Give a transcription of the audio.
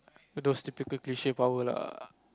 those typical cliche power lah